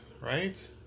right